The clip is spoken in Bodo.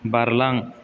बारलां